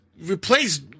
replace